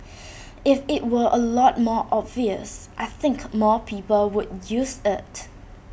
if IT were A lot more obvious I think more people would use IT